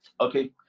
okay